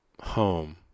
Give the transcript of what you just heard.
home